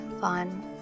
FUN